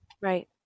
Right